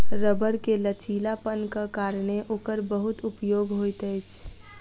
रबड़ के लचीलापनक कारणेँ ओकर बहुत उपयोग होइत अछि